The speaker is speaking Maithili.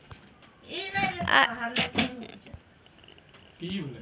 आइ काल्हि सभ्भे देश अपना मे दोस्ती के भावना से पूंजी संरचना के देखै छै